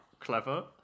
Clever